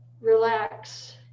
relax